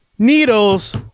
Needles